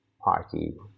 party